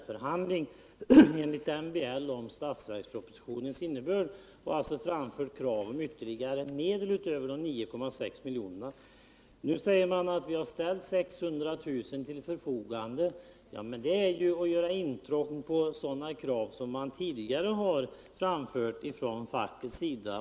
när de enligt MBL kallades tll primärförhandling om statsverkspropositionens innebörd. Nu säger man att 600 000 kr. ställts vill förfogande. men deta är ju att göra intrång på sådana krav som man tidigare har framfört från fackets sida.